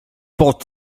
pot